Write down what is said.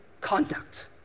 conduct